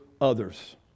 others